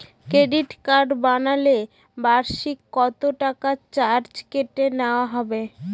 Credit card বানালে বার্ষিক কত টাকা চার্জ কেটে নেওয়া হবে?